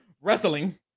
wrestling